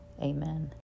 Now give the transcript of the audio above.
amen